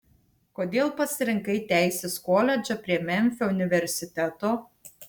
kodėl pasirinkai teisės koledžą prie memfio universiteto